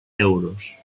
euros